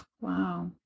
Wow